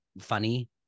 funny